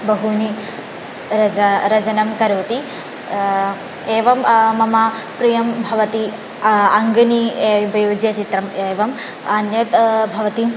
बहूनि रच रचनां करोति एवं मम प्रियं भवति अङ्कणि उपयुज्य चित्रम् एवम् अन्यत् भवति